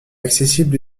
accessible